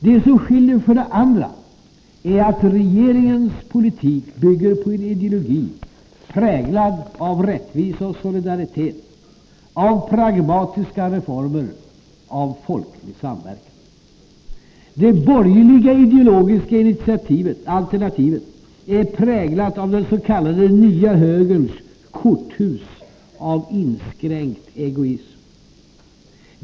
Det som för det andra skiljer är att regeringens politik bygger på en ideologi, präglad av rättvisa och solidaritet, av pragmatiska reformer, av folklig samverkan. Det borgerliga ideologiska alternativet är präglat av den s.k. nya högerns korthus av inskränkt egoism.